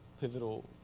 pivotal